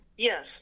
Yes